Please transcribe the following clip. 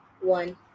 one